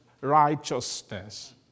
righteousness